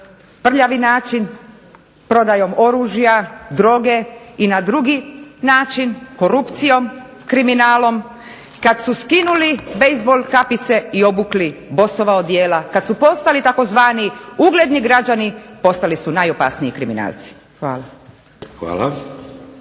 prljavi način prodajom oružja, droge i na drugi način, korupcijom, kriminalom i kad su skinuli bejzbol kapice i obukli Bossova odijela, kad su postali tzv. ugledni građani postali su najopasniji kriminalci. Hvala.